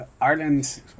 Ireland